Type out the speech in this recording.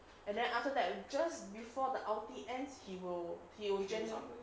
and then after that just before the ulti ends he will he will just